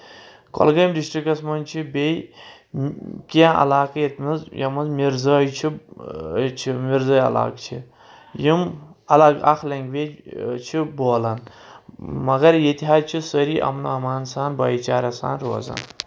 کۄلگٲمۍ ڈسٹرکس منٛز چھِ بیٚیہِ کینٛہہ علاقہٕ ییٚتہِ منٛز یَتھ منٛز مِرزٲے چھُ مِرزٲے علاقہٕ چھِ یِم الگ اکھ لینٛگویج چھِ بولان مگر ییٚتہِ حظ چھِ سٲری اَمنو آمان سان بٲیہِ چارٕ سان روزان